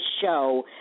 show